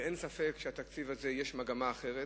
ואין ספק שבתקציב הזה יש מגמה אחרת.